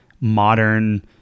modern